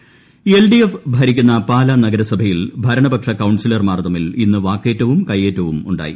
Pala L D F ഭരിക്കുന്ന പാലാ നഗരസഭയിൽ ഭരണപക്ഷ കൌൺസിലർമാർ തമ്മിൽ ഇന്ന് വാക്കേറ്റവും കയ്യേറ്റവും ഉണ്ടായി